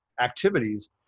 activities